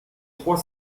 trois